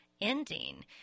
ending